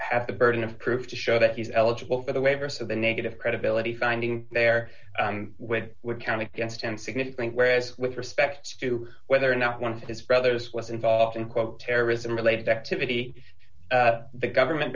have the burden of proof to show that he's eligible for the waiver so the negative credibility finding there which would count against him significant whereas with respect to whether or not once his brothers was involved in quote terrorism related activity the government